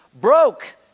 broke